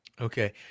Okay